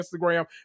Instagram